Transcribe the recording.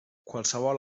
qualssevol